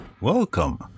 Welcome